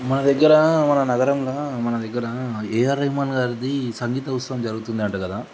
మన దగ్గర మన నగరంలో మన దగ్గర ఏ ఆర్ రెహమాన్ గారిది సంగీత ఉత్సవం జరుగుతుంది అంట కదా